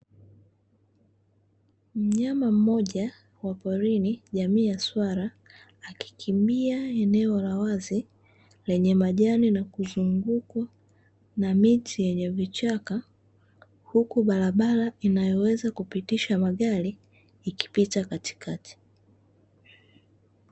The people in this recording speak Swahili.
Mnyama mmoja wa porini jamii ya swala akikimbia eneo la wazi lenye majani na kuzungukwa na miti yenye vichaka, huku barabara inayoweza kupitisha magari ikipita katikati.